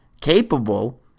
capable